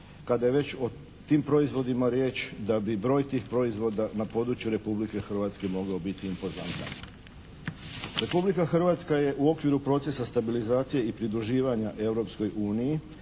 kada je već o tim proizvodima riječ, da bi broj tih proizvoda na području Republike Hrvatske mogao biti impozantan. Republika Hrvatska je u okviru Procesa stabilizacije i pridruživanja